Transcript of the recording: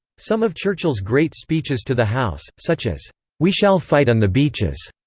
some of churchill's great speeches to the house, such as we shall fight on the beaches,